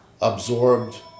absorbed